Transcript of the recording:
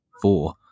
four